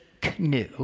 canoe